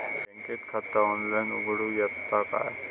बँकेत खाता ऑनलाइन उघडूक येता काय?